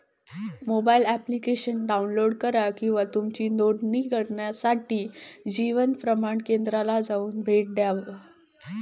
mobile application download करा किंवा तुमची नोंदणी करण्यासाठी जीवन प्रमाण केंद्राला जाऊन भेट देवा